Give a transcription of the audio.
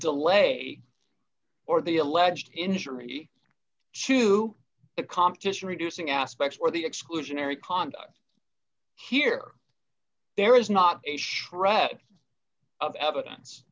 delay or the alleged injury chew it competition reducing aspects where the exclusionary conduct here there is not a shred of evidence